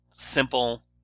simple